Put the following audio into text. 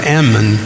Ammon